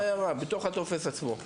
תרשום הערה בתוך הטופס עצמו.